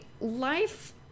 life